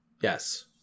Yes